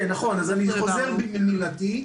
כן, אז אני חוזר בי ממילתי.